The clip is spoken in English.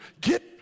get